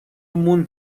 موند